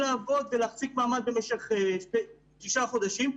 לעבוד ולהחזיק מעמד במשך תשעה חודשים.